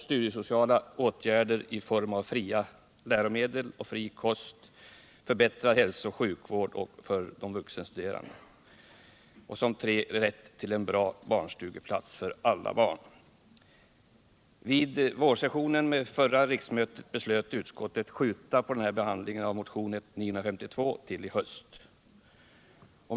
Studiesociala åtgärder i form av fria läromedel och fri kost samt förbättrad hälsooch sjukvård för de vuxenstuderande. Vid förra riksmötets vårsession beslöt utskottet skjuta upp behandlingen av motionen 952 till hösten.